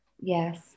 Yes